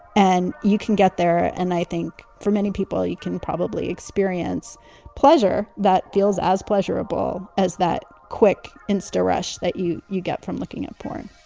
and you can get there. and i think for many people, you can probably experience pleasure that feels as pleasurable as that quick insta rush that you you get from looking at porn